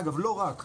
אגב לא רק.